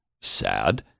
sad